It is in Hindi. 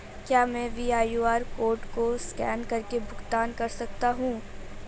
क्या मैं क्यू.आर कोड को स्कैन करके भुगतान कर सकता हूं?